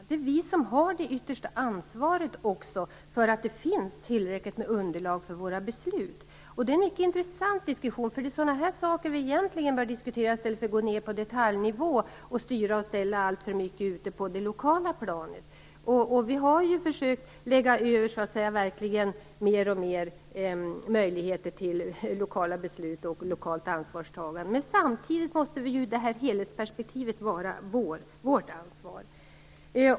Det är också vi som har det yttersta ansvaret för att det finns tillräckligt underlag för våra beslut. Detta är en mycket intressant diskussion. Det är sådana här saker vi i riksdagen egentligen borde diskutera i stället för att gå ned på detaljnivå och styra och ställa alltför mycket på det lokala planet. Vi har också verkligen försökt lägga över mer och mer möjligheter till lokala beslut och lokalt ansvarstagande. Men samtidigt måste helhetsperspektivet vara vårt ansvar.